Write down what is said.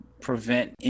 prevent